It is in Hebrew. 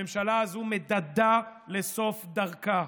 הממשלה הזו מדדה לסוף דרכה,